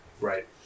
Right